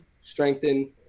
strengthen